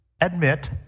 admit